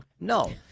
No